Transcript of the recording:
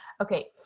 Okay